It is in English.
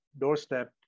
doorstep